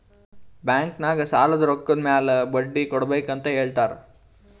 bank ನಾಗ್ ಸಾಲದ್ ರೊಕ್ಕ ಮ್ಯಾಲ ಬಡ್ಡಿ ಕೊಡ್ಬೇಕ್ ಅಂತ್ ಹೇಳ್ತಾರ್